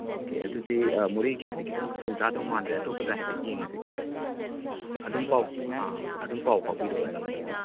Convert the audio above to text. okay ꯑꯗꯨꯗꯤ ꯃꯣꯔꯦꯒꯤꯗꯗꯤ ꯈꯤꯇꯪ ꯈꯨꯗꯣꯡ ꯆꯥꯗꯧ ꯃꯥꯟꯗ꯭ꯔꯦ ꯑꯇꯣꯞꯄꯗ ꯍꯥꯏꯐꯦꯠ ꯌꯦꯡꯉꯁꯤꯀꯣ ꯑꯗꯨꯝ ꯄꯥꯎ ꯑꯥ ꯑꯗꯨꯝ ꯄꯥꯎ ꯐꯥꯎꯕꯤꯔꯛꯑꯣ ꯑꯩꯉꯣꯟꯗ ꯀꯣ